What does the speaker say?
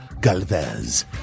Galvez